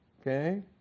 Okay